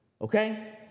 Okay